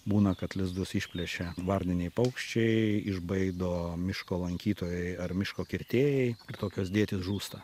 būna kad lizdus išplėšia varniniai paukščiai išbaido miško lankytojai ar miško kirtėjai ir tokios dėtys žūsta